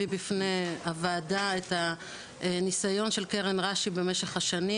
בפני הוועדה את הניסיון של קרן רש"י במשך השנים,